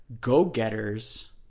go-getters